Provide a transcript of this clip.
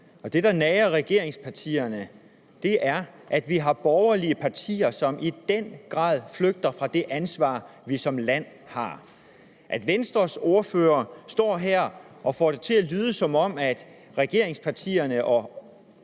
og det, der nager regeringspartierne, er, at vi har borgerlige partier, som i den grad flygter fra det ansvar, vi har som land. Med hensyn til at Venstres ordfører står her og får det til at lyde, som om regeringspartierne